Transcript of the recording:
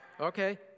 okay